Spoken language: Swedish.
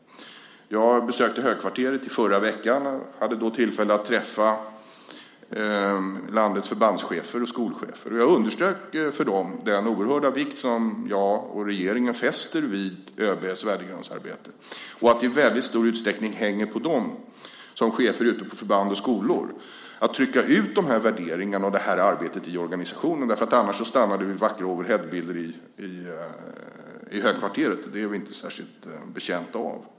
Jag besökte Högkvarteret förra veckan. Jag hade då tillfälle att träffa landets förbandschefer och skolchefer. Jag underströk för dem den oerhörda vikt som jag och regeringen fäster vid ÖB:s värdegrundsarbete och att det i väldigt stor utsträckning hänger på dem som chefer ute på förband och skolor att trycka ut de här värderingarna och det här arbetet i organisationen, annars stannar det vid vackra overheadbilder i Högkvarteret. Det är vi inte särskilt betjänta av.